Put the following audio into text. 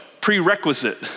prerequisite